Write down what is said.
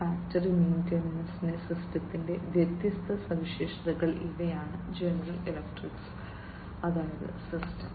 factory maintenance സിസ്റ്റത്തിന്റെ വ്യത്യസ്ത സവിശേഷതകൾ ഇവയാണ് ജനറൽ ഇലക്ട്രിക് അതായത് സിസ്റ്റം